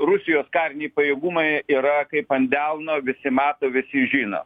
rusijos kariniai pajėgumai yra kaip ant delno visi mato visi žino